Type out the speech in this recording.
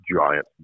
giant